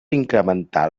incrementar